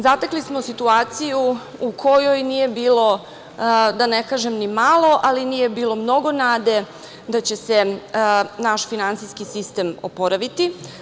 Zatekli smo situaciju u kojoj nije bilo, da ne kažem, ni malo, ali nije bilo mnogo nade da će se naš finansijski sistem oporaviti.